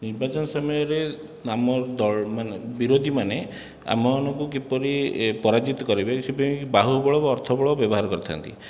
ନିର୍ବାଚନ ସମୟରେ ଆମ ଦଳ ମାନେ ବିରୋଧୀ ମାନେ ଆମମାନଙ୍କୁ କିପରି ପରାଜିତ କରିବେ ସେ ପାଇଁ ବାହୁବଳ ବା ଅର୍ଥବଳ ବ୍ୟବହାର କରିଥାନ୍ତି